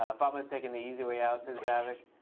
ah fatma is taking the easy way out, says bhavik.